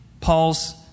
Paul's